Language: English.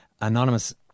Anonymous